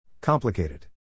Complicated